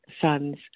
son's